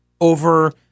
over